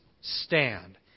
stand